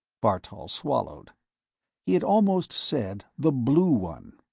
bartol swallowed he had almost said the blue one.